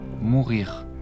Mourir